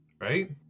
Right